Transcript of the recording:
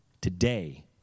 Today